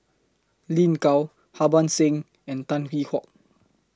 Lin Gao Harbans Singh and Tan Hwee Hock